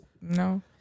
No